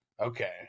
okay